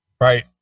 Right